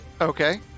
Okay